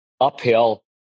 uphill